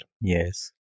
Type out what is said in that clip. yes